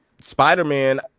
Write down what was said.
Spider-Man